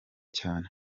cyane